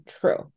true